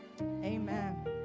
amen